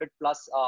plus